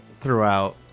throughout